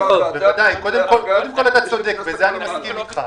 אתה צודק, בזה אני מסכים אתך.